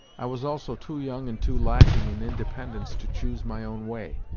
i was also too young and too lacking in independence to choose my own way.